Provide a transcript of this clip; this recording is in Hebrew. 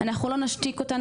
אנחנו לא נשתיק אותן,